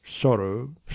sorrow